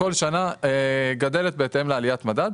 בכל שנה היא גדלה בהתאם לעליית המדד.